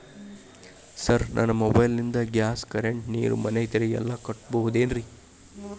Sir ನನ್ನ mobile ನಿಂದ gas, current, ನೇರು, ಮನೆ ತೆರಿಗೆ ಎಲ್ಲಾ ಕಟ್ಟೋದು ಹೆಂಗ್ರಿ?